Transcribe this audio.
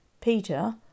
Peter